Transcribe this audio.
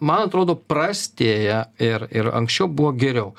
man atrodo prastėja ir ir anksčiau buvo geriau